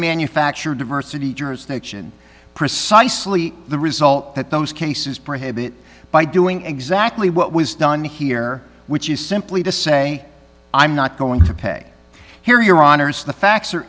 manufacture diversity jurisdiction precisely the result that those cases prohibit by doing exactly what was done here which is simply to say i'm not going to pay here your honour's the facts